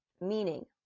Meaning